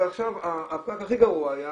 ועכשיו הפקק הכי גרוע היה,